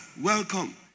Welcome